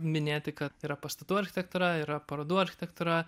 minėti kad yra pastatų architektūra yra parodų architektūra